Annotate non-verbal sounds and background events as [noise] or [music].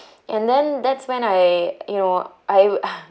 and then that's when I you know I [breath]